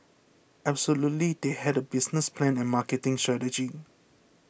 absolutely they had a business plan and marketing strategy